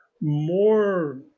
more